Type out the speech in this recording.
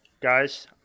Guys